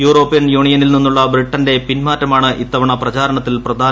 European യൂണിയനിൽ നിന്നുള്ള ബ്രിട്ടന്റെ പിന്മാറ്റമാണ് ഇത്തവണ പ്രചാരണത്തിൽ പ്രധാന സ്ഥാനം വഹിച്ചത്